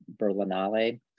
Berlinale